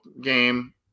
game